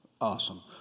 Awesome